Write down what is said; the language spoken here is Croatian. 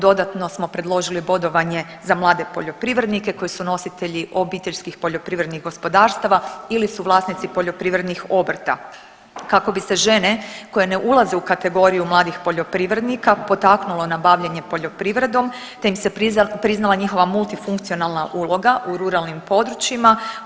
Dodatno smo predložili bodovanje za mlade poljoprivrednike koji su nositelji obiteljskih poljoprivrednih gospodarstava ili su vlasnici poljoprivrednih obrta kako bi se žene koje ne ulaze u kategoriju mladih poljoprivrednika potaknulo na bavljenje poljoprivredom te im se priznala njihova multifunkcionalna uloga u ruralnim područjima.